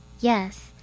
Yes